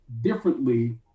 differently